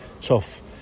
tough